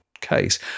case